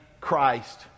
Christ